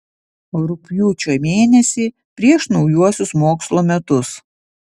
rugpjūčio mėnesį prieš naujuosius mokslo metus